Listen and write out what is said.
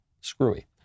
screwy